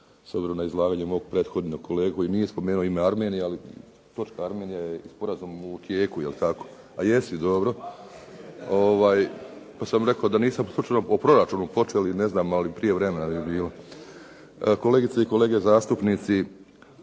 s obzirom na izlaganje mog prethodnog kolegu i nije spomenuo ime Armenija, ali točka Armenija je i sporazum u tijeku. Jel tako? A jesi, dobro. Pa sam rekao, da nismo slučajno o proračunu počeli, ne znam, ali prije vremena bi bilo. Kolegice i kolege zastupnici,